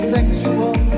Sexual